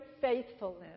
faithfulness